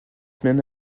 men